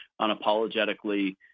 unapologetically